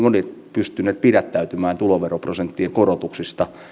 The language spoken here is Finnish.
pystyneet pidättäytymään tuloveroprosenttien korotuksista